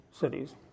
cities